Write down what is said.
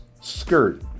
skirt